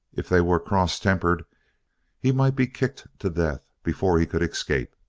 if they were cross-tempered he might be kicked to death before he could escape.